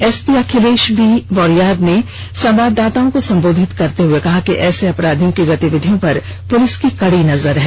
SP Akhilesh B Warrier ने संवाददाताओं को संबोधित करते कहा कि ऐसे अपराधियों की गतिविधियों पर पुलिस की कड़ी नजर है